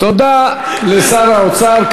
תודה לשר האוצר.